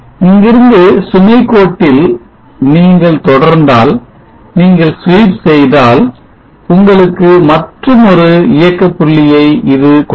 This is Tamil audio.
இங்கிருந்து சுமை கோட்டில் நீங்கள் தொடர்ந்தால் நீங்கள் swwep செய்தால் உங்களுக்கு மற்றுமொரு இயக்க புள்ளியை இது கொடுக்கும்